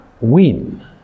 win